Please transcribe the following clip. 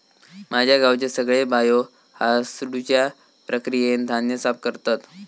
माझ्या गावचे सगळे बायो हासडुच्या प्रक्रियेन धान्य साफ करतत